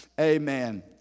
Amen